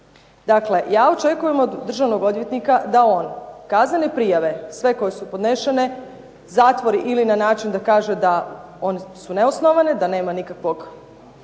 Dakle, ja očekujem od državnog odvjetnika da on kaznene prijave sve koje su podnošene zatvori ili na način da kaže da one su neosnovane, da nema nikakvih